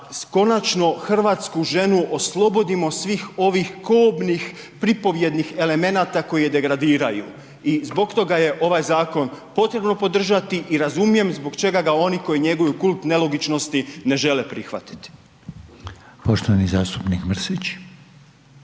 konačno hrvatsku ženu oslobodimo svih ovih kobnih pripovjednih elemenata koje je degradiraju. I zbog toga je ovaj zakon potrebno podržati i razumijem zbog čega ga oni koji njeguju kult nelogičnosti ne žele prihvatiti. **Reiner,